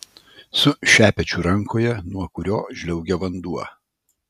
su šepečiu rankoje nuo kurio žliaugia vanduo